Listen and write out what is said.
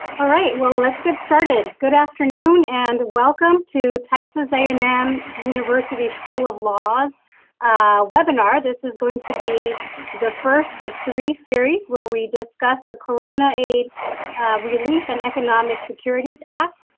well, let's get started. good afternoon and welcome to texas a and m university school of law's webinar. this is going to be the first of three series where we discuss the corona aid relief and economic securities act,